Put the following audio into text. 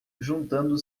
juntando